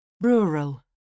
Rural